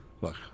Look